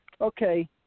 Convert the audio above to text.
Okay